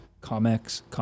Comics